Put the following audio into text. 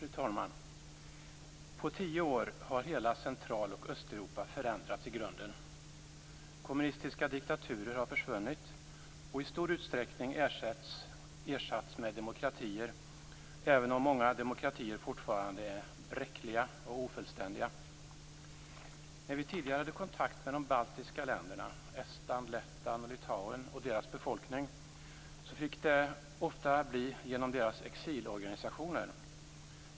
Fru talman! På tio år har hela Central och Östeuropa förändrats i grunden. Kommunistiska diktaturer har försvunnit och i stor utsträckning ersatts med demokratier, även om många demokratier fortfarande är bräckliga och ofullständiga. När vi tidigare hade kontakt med de baltiska länderna, Estland, Lettland och Litauen, och deras befolkning fick det ofta bli genom deras exilorganisationer.